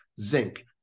zinc